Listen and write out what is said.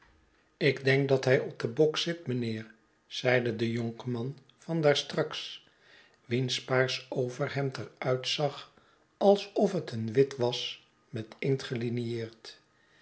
ik denk dat hij op den bok zit meneer zeide de jonkman van daar straks wiens paarsch overhemd er uitzag alsof het een wit was met